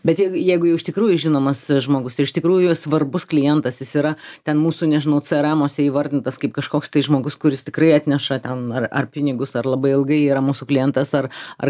bet jeigu jeigu jau iš tikrųjų žinomas žmogus ir iš tikrųjų svarbus klientas jis yra ten mūsų nežinau cėeremuose įvardintas kaip kažkoks tai žmogus kuris tikrai atneša ten ar ar pinigus ar labai ilgai yra mūsų klientas ar ar